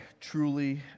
truly